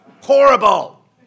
Horrible